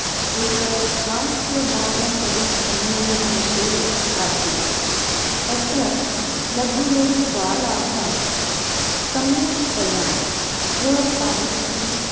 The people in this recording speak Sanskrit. एकहास्यबालकविसम्मेलनविषये आसीत् तत्र लघु लघु बालाः सम्यक्तया स्वसाहित्यं